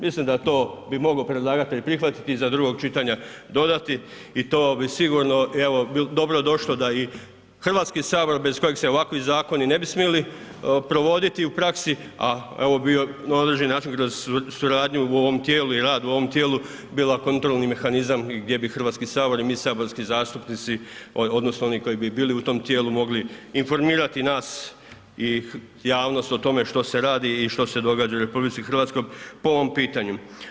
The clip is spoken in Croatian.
Mislim da bi to predlagatelj prihvatiti i za drugog čitanja dodati i to bi sigurno dobro došlo da i Hrvatski sabor bez kojih se ovakvi zakoni ne bi smjeli provoditi u praksi, a ovo bi na određeni način kroz suradnju u ovom tijelu i rad u ovom tijelu bila kontrolni mehanizam gdje bi Hrvatski sabor i mi saborski zastupnici odnosno oni koji bi bili u tom tijelu mogli informirati nas i javnost o tome što se radi i što se događa u RH po ovom pitanju.